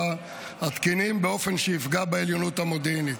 התקינים באופן שיפגע בעליונות המודיעינית.